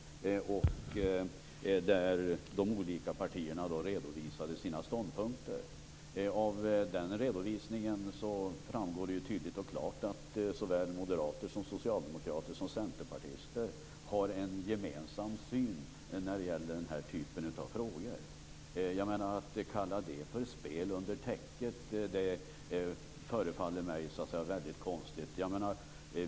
De olika partierna redovisade då sina ståndpunkter. Av den redovisningen framgår det tydligt och klart att såväl moderater som socialdemokrater som centerpartister har en gemensam syn när det gäller denna typ av frågor. Att kalla det för spel under täcket förefaller mig väldigt konstigt.